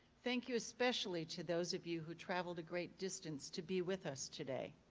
thank you especially to those of you who traveled great distances to be with us today.